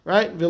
Right